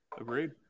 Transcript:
Agreed